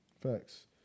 Facts